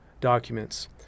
documents